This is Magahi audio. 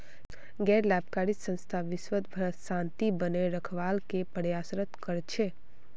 गैर लाभकारी संस्था विशव भरत शांति बनए रखवार के प्रयासरत कर छेक